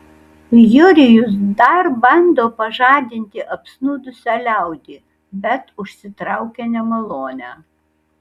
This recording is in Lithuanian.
jurijus dar bando pažadinti apsnūdusią liaudį bet užsitraukia nemalonę